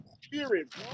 spirit